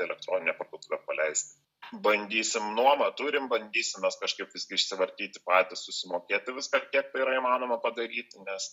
elektroninę parduotuvę paleist bandysim nuomą turim bandysim mes kažkaip visgi išsivartyti patys susimokėti viską kiek yra įmanoma padaryti nes